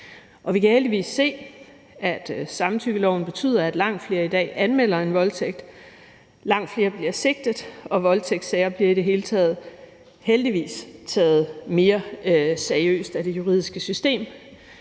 Vi kan heldigvis se, at samtykkeloven betyder, at langt flere i dag anmelder en voldtægt, langt flere bliver sigtet, og voldtægtssager bliver i det hele taget – heldigvis – taget mere seriøst af det juridiske system.